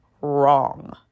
wrong